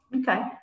Okay